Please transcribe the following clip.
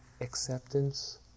acceptance